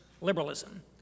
liberalism